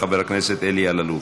חבר הכנסת אלי אלאלוף.